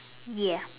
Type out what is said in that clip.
ya